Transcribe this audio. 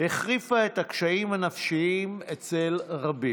החריפה את הקשיים הנפשיים אצל רבים.